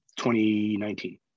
2019